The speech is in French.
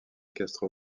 castro